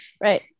right